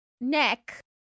neck